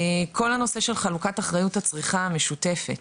כל הנושא של חלוקת אחריות הצריכה המשותפת,